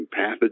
pathogens